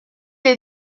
est